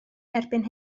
erbyn